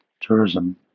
tourism